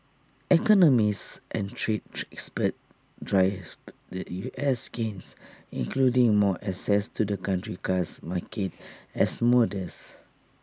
economists and trade experts described the U S's gains including more access to the country's car market as modest